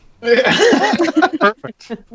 Perfect